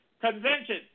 Convention